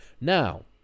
Now